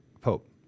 Pope